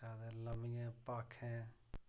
अच्छा ते लम्मियां भाखें